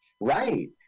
Right